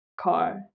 car